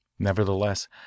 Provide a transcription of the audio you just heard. Nevertheless